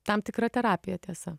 tam tikra terapija tiesa